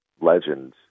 legend